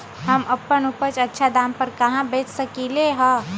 हम अपन उपज अच्छा दाम पर कहाँ बेच सकीले ह?